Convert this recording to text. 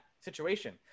situation